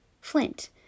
Flint